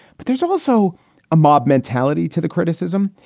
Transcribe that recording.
but there's also a mob mentality to the criticism.